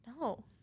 No